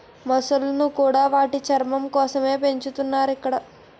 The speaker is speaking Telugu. మొసళ్ళను కూడా వాటి చర్మం కోసమే పెంచుతున్నారు ఇక్కడ